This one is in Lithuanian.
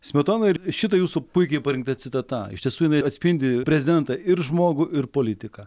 smetona ir šita jūsų puikiai parinkta citata iš tiesų jinai atspindi prezidentą ir žmogų ir politiką